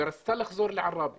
ורצתה לחזור לעראבה